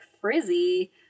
frizzy